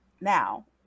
now